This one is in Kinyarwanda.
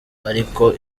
ariko